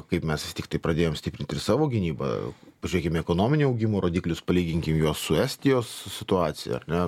kaip mes vis tiktai pradėjom stiprint ir savo gynybą pažiūrėkim į ekonominio augimo rodiklius palyginkim juos su estijos situacija ar ne